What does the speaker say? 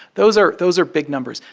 those are those are big numbers.